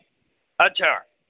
اچھا